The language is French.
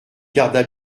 garda